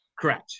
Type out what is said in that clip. Correct